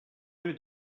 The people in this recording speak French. rue